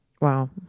Wow